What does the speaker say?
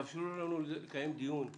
תאפשרו לנו לקיים דיון ענייני.